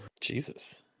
Jesus